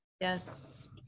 yes